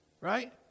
Right